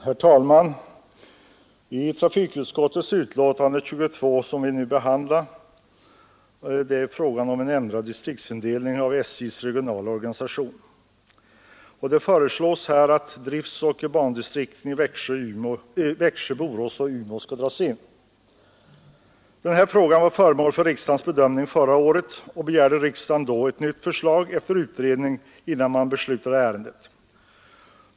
Herr talman! Trafikutskottets betänkande nr 22 som vi nu behandlar gäller ändrad distriktsindelning i SJ:s regionala organisation. Det föreslås att de nuvarande distriktsexpeditionerna i Växjö, Borås och Umeå skall dras in. Denna fråga var föremål för riksdagens bedömning förra året och riksdagen begärde då nytt förslag efter utredning innan man beslutade i ärendet.